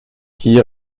qui